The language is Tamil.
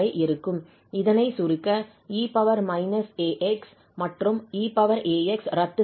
இதனை சுருக்க 𝑒−𝑎𝑥 மற்றும் 𝑒𝑎𝑥 ரத்து செய்யப்படும்